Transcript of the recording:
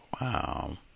Wow